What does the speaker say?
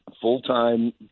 full-time